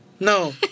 No